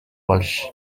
walsh